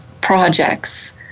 projects